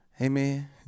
Amen